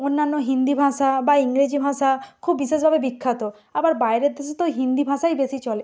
অন্যান্য হিন্দি ভাষা বা ইংরেজি ভাষা খুব বিশেষভাবে বিখ্যাত আবার বাইরের দেশে তো হিন্দি ভাষাই বেশি চলে